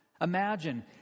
Imagine